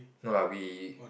no lah we